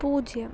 പൂജ്യം